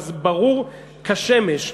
אבל ברור כשמש,